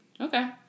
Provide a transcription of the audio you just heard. Okay